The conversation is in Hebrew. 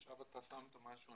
עכשיו אתה שמת משהו,